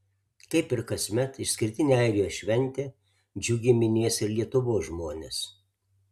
kaip ir kasmet išskirtinę airijos šventę džiugiai minės ir lietuvos žmonės